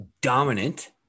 dominant